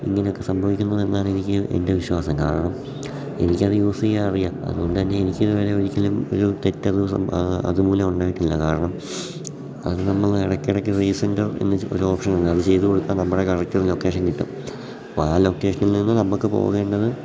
ഇങ്ങനെയൊക്കെ സംഭവിക്കുന്നതെന്നാണ് എനിക്ക് എൻ്റെ വിശ്വാസം കാരണം എനിക്കത് യൂസ് ചെയ്യാൻ അറിയാം അതുകൊണ്ടുതന്നെ എനിക്കിതുവരെ ഒരിക്കലും ഒരു തെറ്റ് അത് അതുമൂലം ഉണ്ടായിട്ടില്ല കാരണം അത് നമ്മൾ ഇടയ്ക്കിടയ്ക്ക് റീസെൻറർ എന്ന് ഒരു ഓപ്ഷൻ ഉണ്ട് അത് ചെയ്ത് കൊടുത്താൽ നമ്മുടെ കറക്റ്റ് ലൊക്കേഷൻ കിട്ടും അപ്പം ആ ലൊക്കേഷനിൽനിന്ന് നമുക്ക് പോകേണ്ടത്